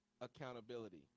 accountability